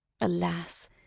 Alas